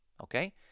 Okay